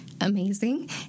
amazing